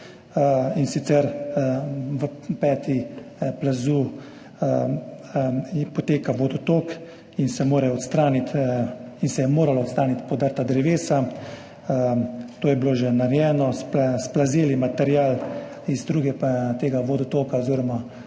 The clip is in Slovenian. plazu. V peti plaza poteka vodotok in se je moralo odstraniti podrta drevesa. To je bilo že narejeno s plazili, iz druge tega vodotoka oziroma